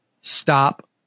stop